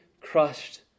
crushed